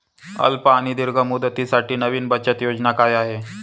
अल्प आणि दीर्घ मुदतीसाठी नवी बचत योजना काय आहे?